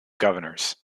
governors